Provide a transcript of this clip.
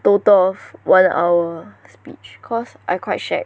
total of one hour speech cause I quite shag